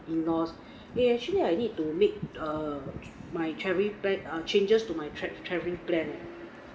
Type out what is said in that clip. in laws !hey! actually I need to make err my travelling back changes to my travelling plan ah